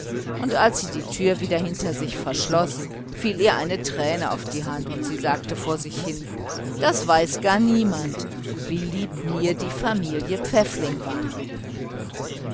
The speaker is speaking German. und als sie die türe wieder hinter sich schloß fiel ihr eine träne auf die hand und sie sagte vor sich hin das weiß gar niemand wie lieb mir die familie pfäffling war